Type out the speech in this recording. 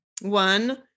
one